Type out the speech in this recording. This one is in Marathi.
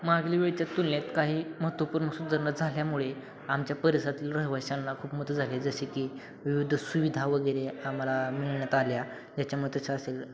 मागील वेळेच्या तुलनेत काही महत्त्वपूर्ण सुधारणा झाल्यामुळे आमच्या परिसरातील रहिवाशांना खूप मदत झाली जसे की विविध सुविधा वगैरे आम्हाला मिळण्यात आल्या ज्याच्यामुळे तशा असेल